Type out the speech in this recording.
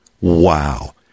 Wow